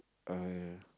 I